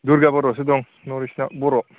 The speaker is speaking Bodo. दुर्गा बर'सो दं नर्थ इस्टआव बर'